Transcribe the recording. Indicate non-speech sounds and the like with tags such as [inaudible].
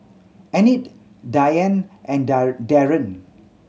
Enid Dianne and [unintelligible] Daryn